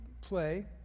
play